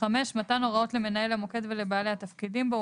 (5)מתן הוראות למנהל המוקד ולבעלי התפקידים בו,